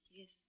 Yes